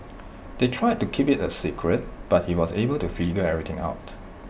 they tried to keep IT A secret but he was able to figure everything out